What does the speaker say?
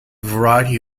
variety